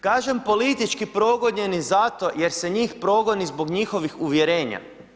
Kažem politički progonjeni zato jer se njih progoni zbog njihovih uvjerenja.